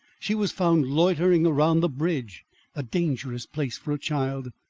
she was found loitering around the bridge a dangerous place for a child,